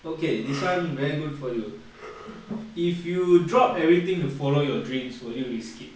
okay this [one] very good for you if you drop everything to follow your dreams will you risk it